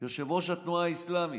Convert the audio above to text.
יושב-ראש התנועה האסלאמית.